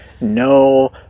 No